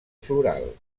floral